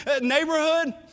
neighborhood